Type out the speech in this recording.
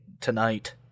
Tonight